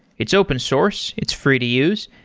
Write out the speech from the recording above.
it's open source. it's free to use,